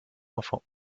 enfants